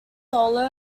solo